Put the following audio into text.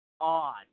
odd